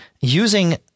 using